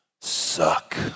suck